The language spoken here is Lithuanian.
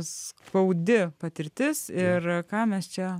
skaudi patirtis ir ką mes čia